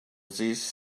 this